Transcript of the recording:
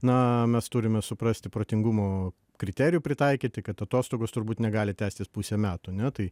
na mes turime suprasti protingumo kriterijų pritaikyti kad atostogos turbūt negali tęstis pusę metų ane tai